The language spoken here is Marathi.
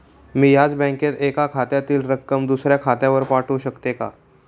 मी याच बँकेत एका खात्यातील रक्कम दुसऱ्या खात्यावर पाठवू शकते का?